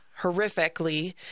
horrifically